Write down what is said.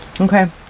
okay